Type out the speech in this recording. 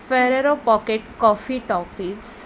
Ferrero pocket coffee toffees